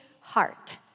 heart